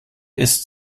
ist